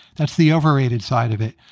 that's the overrated side of it.